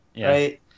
right